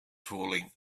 falling